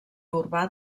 urbà